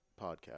podcast